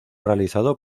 realizado